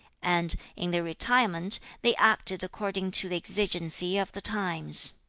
and, in their retirement, they acted according to the exigency of the times.